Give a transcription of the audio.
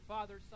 Father